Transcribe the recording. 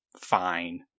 fine